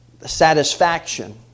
satisfaction